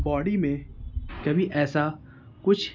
body میں کبھی ایسا کچھ